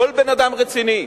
כל בן-אדם רציני